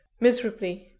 miserably,